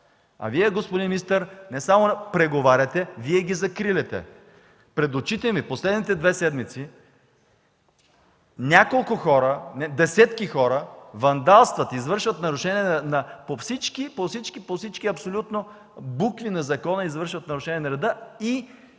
А Вие, господин министър, не само преговаряте, Вие ги закриляте. Пред очите ми през последните две седмици няколко десетки хора вандалстват, извършват нарушения по всички, по абсолютно всички букви на закона, извършват нарушения на реда и